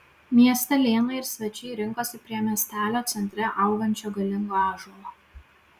miestelėnai ir svečiai rinkosi prie miestelio centre augančio galingo ąžuolo